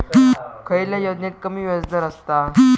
खयल्या योजनेत कमी व्याजदर असता?